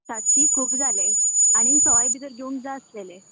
सातशी खूब जाले आनीक सवाय भितर घेवंक जाय आसलेले